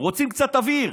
רוצים קצת אוויר.